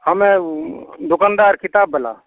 हमे दोकनदार किताब बला